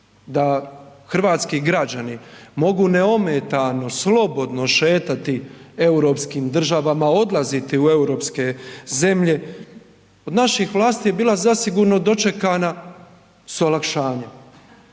da hrvatski građani mogu neometano slobodno šetati europskim državama, odlaziti u europske zemlje, od naših vlasti je bila zasigurno dočekana s olakšanjem.